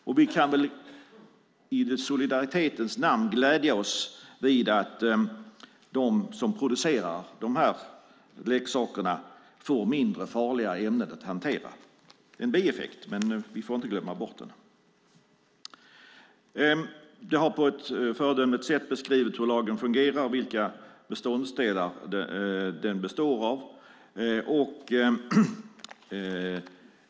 Vi kan väl i solidaritetens namn glädja oss åt att de som producerar leksaker får mindre farliga ämnen att hantera. Det är en bieffekt, men vi får inte glömma bort den. Det har på ett föredömligt sätt beskrivits hur lagen fungerar och vilka delar den består av.